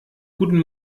guten